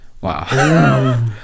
Wow